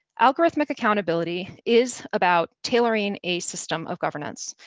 algorithmic accountability is about tailoring a system of governance,